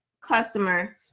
customer